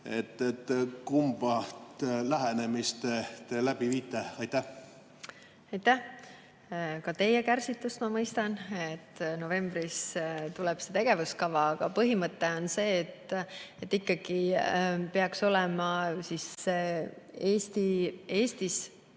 Kumba lähenemist te läbi viite? Aitäh! Ka teie kärsitust ma mõistan. Novembris tuleb see tegevuskava, aga põhimõte on see, et ikkagi peaks olema Eestis